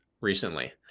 recently